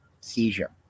seizure